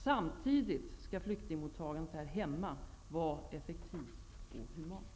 Samtidigt skall flyktingmottagandet här hemma vara effektivt och humant.